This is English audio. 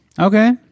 Okay